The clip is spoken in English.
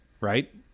right